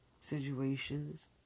situations